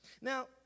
Now